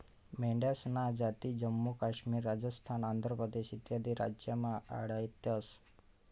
मेंढ्यासन्या जाती जम्मू काश्मीर, राजस्थान, आंध्र प्रदेश इत्यादी राज्यमा आढयतंस